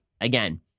again